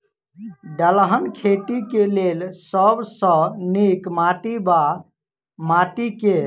दलहन खेती केँ लेल सब सऽ नीक माटि वा माटि केँ?